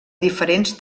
diferents